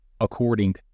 According